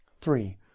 Three